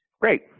Great